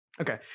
Okay